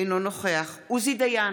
אינו נוכח עוזי דיין,